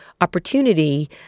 opportunity